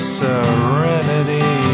serenity